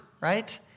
right